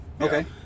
Okay